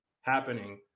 happening